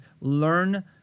learn